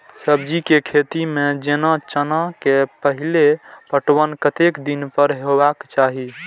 सब्जी के खेती में जेना चना के पहिले पटवन कतेक दिन पर हेबाक चाही?